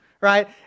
right